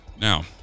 now